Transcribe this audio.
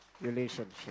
relationship